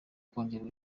kongerwa